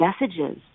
messages